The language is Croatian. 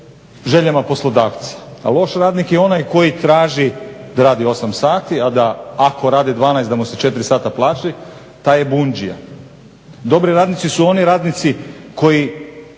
željama poslodavca. A loš radnik je onaj koji traži da radi 8 sati, a da ako radi 12 da mu se 4 sata plati taj je bundžija. Dobri radnici su oni radnici koji